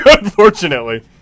unfortunately